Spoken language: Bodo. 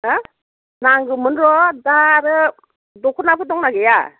हो नांगौमोन र' दा आरो दख'नाफोर दंना गैया